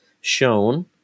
shown